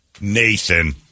Nathan